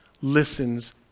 listens